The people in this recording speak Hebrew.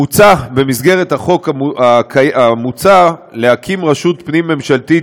מוצע במסגרת החוק המוצע להקים רשות פנים-ממשלתית